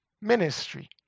ministry